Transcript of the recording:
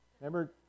Remember